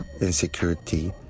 insecurity